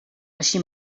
així